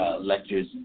lectures